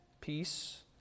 peace